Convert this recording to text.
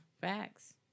Facts